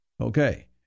Okay